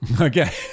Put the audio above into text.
Okay